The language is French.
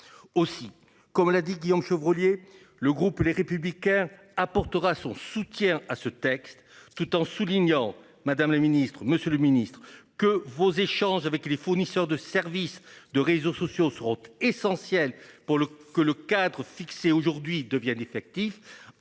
aussi, comme l'a dit, Guillaume Chevrollier, le groupe Les Républicains apportera son soutien à ce texte, tout en soulignant Madame le Ministre, Monsieur le Ministre, que vos échanges avec les fournisseurs de services de réseaux sociaux seront essentielles pour le que le cadre fixé aujourd'hui devienne effectif